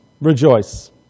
Rejoice